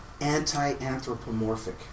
anti-anthropomorphic